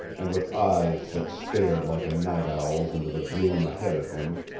and with eyes that stared like a night-owl's into the gloom ahead of him,